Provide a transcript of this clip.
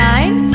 Nine